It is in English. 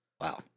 Wow